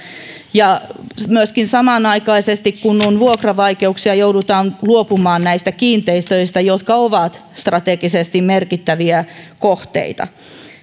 ja myöskin samanaikaisesti kun on vuokravaikeuksia joudutaan luopumaan näistä kiinteistöistä jotka ovat strategisesti merkittäviä kohteita